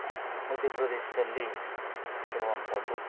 ಮಧ್ಯಪ್ರದೇಶ್ ಅಲ್ಲಿ ಇರುವಂಥದ್ದು